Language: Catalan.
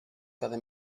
cada